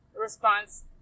response